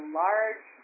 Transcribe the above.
large